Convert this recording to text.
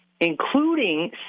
including